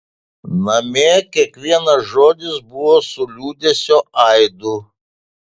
namie kiekvienas žodis buvo su liūdesio aidu